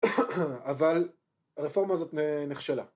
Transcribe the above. אבל הרפורמה הזאת נכשלה